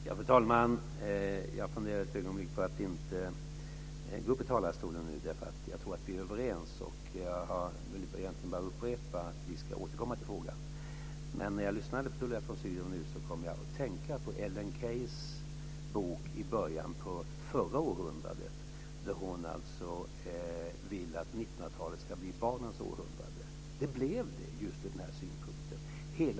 Fru talman! Jag funderade ett ögonblick på att inte gå upp i talarstolen nu, därför att jag tror att vi är överens. Jag vill egentligen bara upprepa att vi ska återkomma till frågan. Men när jag lyssnade på Tullia von Sydow nu så kom jag att tänka på Ellen Keys bok i början av förra århundradet då hon alltså ville att 1900-talet skulle bli barnets århundrade. Det blev det just ur denna synpunkt.